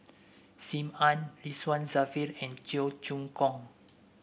Sim Ann Ridzwan Dzafir and Cheong Choong Kong